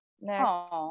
Next